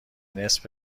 نصف